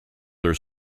their